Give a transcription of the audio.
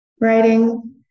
writing